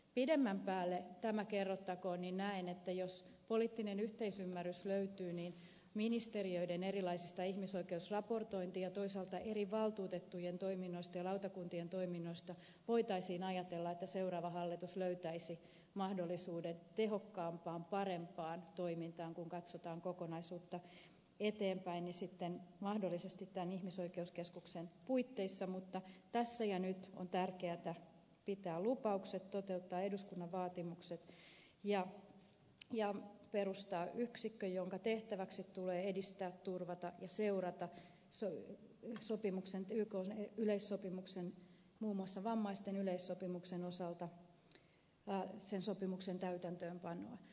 pidemmän päälle tämä kerrottakoon näen että jos poliittinen yhteisymmärrys löytyy niin ministeriöiden erilaisista ihmisoikeusraportointi ja toisaalta eri valtuutettujen toiminnoista ja lautakuntien toiminnoista voitaisiin ajatella että seuraava hallitus löytäisi mahdollisuuden tehokkaampaan parempaan toimintaan kun katsotaan kokonaisuutta eteenpäin ja sitten mahdollisesti tämän ihmisoikeuskeskuksen puitteissa mutta tässä ja nyt on tärkeätä pitää lupaukset toteuttaa eduskunnan vaatimukset ja perustaa yksikkö jonka tehtäväksi tulee edistää turvata ja seurata ykn yleissopimuksen muun muassa vammaisten yleissopimuksen osalta täytäntöönpanoa